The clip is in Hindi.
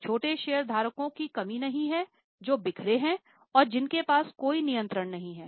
छोटे शेयरधारकों की कमी नहीं है जो बिखरे हैं और जिनके पास कोई नियंत्रण नहीं है